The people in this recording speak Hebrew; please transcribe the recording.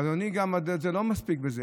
אבל זה לא מספיק בזה.